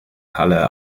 halle